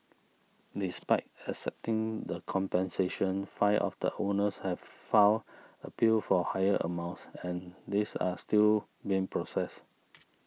despite accepting the compensation five of the owners have filed appeals for higher amounts and these are still being processed